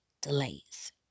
delays